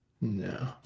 No